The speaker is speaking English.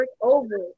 over